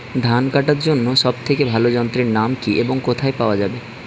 ধান কাটার জন্য সব থেকে ভালো যন্ত্রের নাম কি এবং কোথায় পাওয়া যাবে?